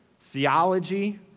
theology